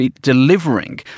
delivering